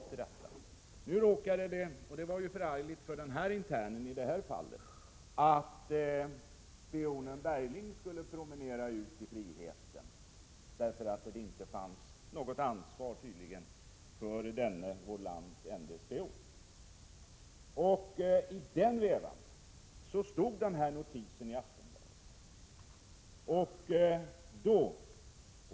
Just i det här fallet var det förargligt för internen som skulle till Egypten att spionen Bergling skulle promenera ut i friheten, en följd av att det inte fanns något ansvar för denne landets ende spion. I den vevan stod den notis jag refererat i Aftonbladet.